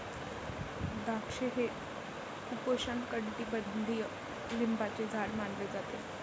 द्राक्षे हे उपोष्णकटिबंधीय लिंबाचे झाड मानले जाते